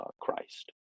Christ